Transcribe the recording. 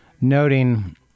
noting